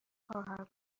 خواهم